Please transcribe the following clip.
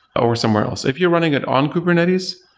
or somewhere else. if you're running it on kubernetes,